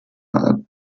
art